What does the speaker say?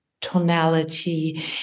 tonality